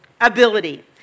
ability